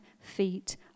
feet